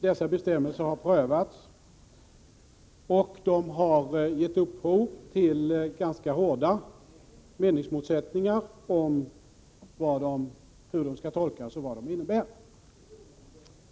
Dessa bestämmelser har prövats, och de har givit upphov till ganska hårda meningsmotsättningar om hur de skall tolkas och vad de innebär.